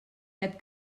heb